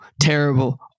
terrible